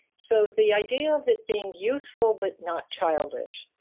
so the idea of it being youthful but not childish.